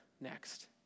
next